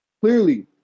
Clearly